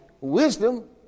wisdom